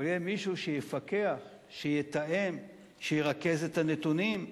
אבל יהיה מישהו שיפקח, שיתאם, שירכז את הנתונים,